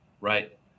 right